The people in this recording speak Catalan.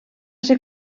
ser